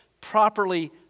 properly